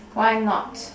why not